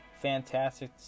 fantastic